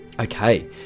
Okay